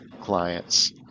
clients